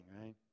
right